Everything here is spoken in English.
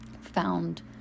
Found